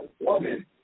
woman